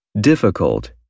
Difficult